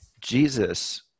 Jesus